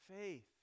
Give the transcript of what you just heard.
Faith